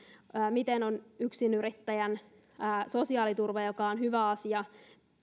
miten on yksinyrittäjän sosiaaliturva joka on hyvä asia